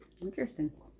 Interesting